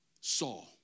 Saul